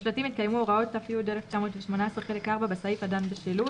בשלטים יתקיימו הוראות ת"י 1918 חלק 4 בסעיף הדן בשילוט